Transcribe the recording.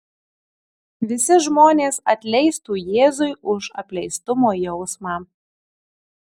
visi žmonės atleistų jėzui už apleistumo jausmą